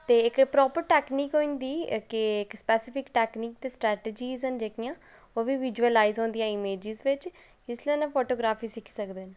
ते इक प्रापर तकनीक होई जंदी कि इक स्पैसिफिक तकनीक ते स्ट्रैटजियां न जेह्कियां ओह् बी विजुअलाइज होंदियां इमेजें बिच इस लेई फोटोग्राफी सिक्खी सकदे न